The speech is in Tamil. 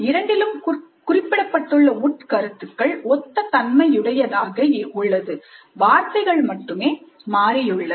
இரண்டிலும் குறிப்பிடப்பட்டுள்ள உட் கருத்துக்கள் ஒத்த தன்மையுடையதாக உள்ளது வார்த்தைகள் மட்டுமே மாறியுள்ளன